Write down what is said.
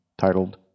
titled